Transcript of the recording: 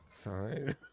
Sorry